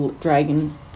dragon